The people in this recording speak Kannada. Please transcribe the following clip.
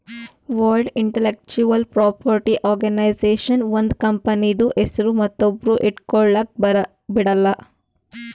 ವರ್ಲ್ಡ್ ಇಂಟಲೆಕ್ಚುವಲ್ ಪ್ರಾಪರ್ಟಿ ಆರ್ಗನೈಜೇಷನ್ ಒಂದ್ ಕಂಪನಿದು ಹೆಸ್ರು ಮತ್ತೊಬ್ರು ಇಟ್ಗೊಲಕ್ ಬಿಡಲ್ಲ